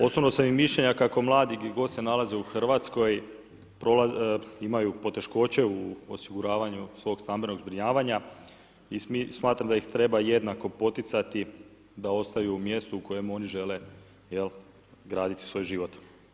Osobnog sam mišljenja kako mladi gdje god se nalaze u Hrvatskoj imaju poteškoće u osiguravanju svog stambenog zbrinjavanja i smatram da ih treba jednako poticati da ostaju u mjestu u kojem oni žele graditi svoj život.